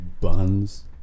Buns